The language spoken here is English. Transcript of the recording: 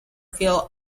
feel